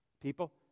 people